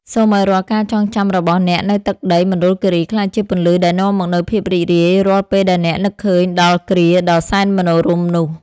សូមឱ្យរាល់ការចងចាំរបស់អ្នកនៅទឹកដីមណ្ឌលគីរីក្លាយជាពន្លឺដែលនាំមកនូវភាពរីករាយរាល់ពេលដែលអ្នកនឹកឃើញដល់គ្រាដ៏សែនមនោរម្យនោះ។